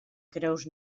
creus